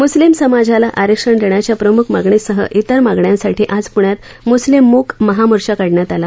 मुस्लीम समाजाला आरक्षण देण्याच्या प्रमुख मागणीसह इतर मागण्यांसाठी आज पुण्यात मुस्लीम मूक महामोर्चा काढण्यात आला